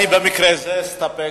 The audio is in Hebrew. אני במקרה זה אסתפק,